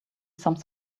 some